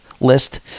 list